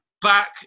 back